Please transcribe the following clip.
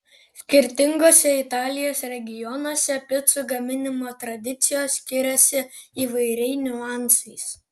skirtinguose italijos regionuose picų gaminimo tradicijos skiriasi įvairiai niuansais